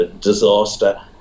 disaster